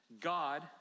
God